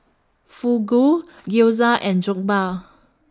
Fugu Gyoza and Jokbal